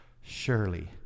Surely